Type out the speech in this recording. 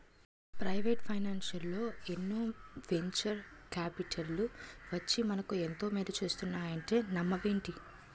Private ఫైనాన్సల్లో ఎన్నో venture కాపిటల్లు వచ్చి మనకు ఎంతో మేలు చేస్తున్నాయంటే నమ్మవేంటి?